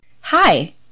Hi